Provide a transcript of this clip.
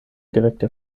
direkte